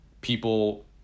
People